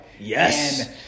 Yes